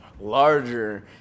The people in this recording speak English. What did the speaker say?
larger